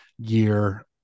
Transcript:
year